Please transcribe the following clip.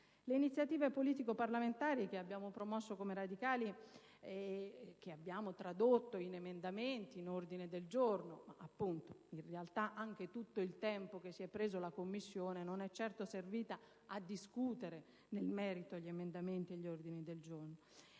Le iniziative politico-parlamentari che abbiamo promosso come radicali, e che abbiamo tradotto in emendamenti e ordini del giorno - in realtà tutto il tempo preso dalla Commissione bilancio non è certo servito a discutere nel merito emendamenti e ordini del giorno